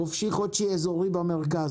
חופשי-חודשי אזורי במרכז.